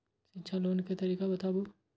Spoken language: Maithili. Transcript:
शिक्षा लोन के तरीका बताबू?